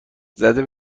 زده